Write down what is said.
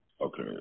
Okay